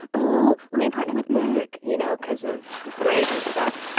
oh, let me partner with merk! you know, cause of grades and stuff.